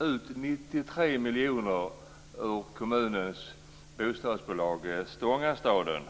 ut 93 miljoner ur kommunens bostadsbolag Stångastaden.